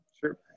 sure